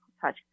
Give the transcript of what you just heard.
touch